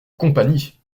compagnie